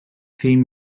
theme